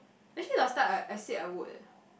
actually last time I I said I would